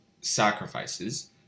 sacrifices